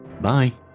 Bye